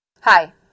Hi